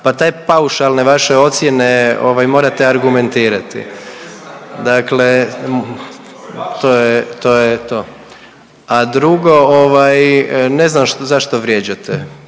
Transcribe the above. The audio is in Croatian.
pa te paušalne vaše ocijene ovaj morate argumentirati, dakle to je, to je to. A drugo ovaj ne znam zašto vrijeđate